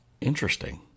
Interesting